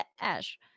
Ash